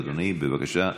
אתה יורד, אדוני, בבקשה.